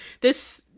this-